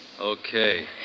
Okay